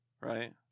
right